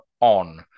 on